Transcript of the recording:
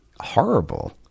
horrible